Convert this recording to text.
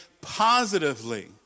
positively